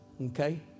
Okay